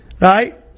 right